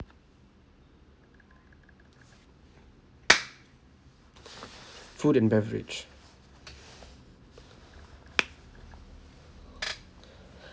food and beverage